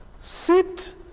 Sit